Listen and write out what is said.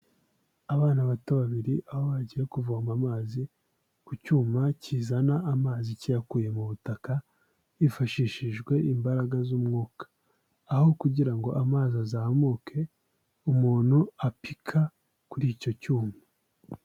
Abana bato babiri aho bagiye kuvoma amazi ku cyuma kizana amazi kiyakuye mu butaka hifashishijwe imbaraga z'umwuka aho kugira ngo amazi azamuke umuntu apika kuri icyo cyuma.